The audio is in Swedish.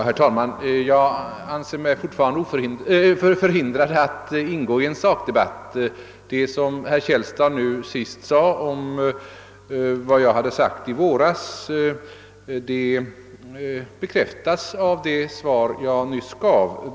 Herr talman! Jag anser mig fortfarande förhindrad att ingå i en sakdebatt. Vad herr Källstad senast sade om vad jag hade framhållit i våras bekräftas av det svar jag nyss gav.